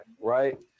Right